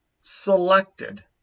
selected